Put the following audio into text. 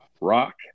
Rock